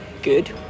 good